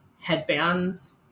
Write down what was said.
headbands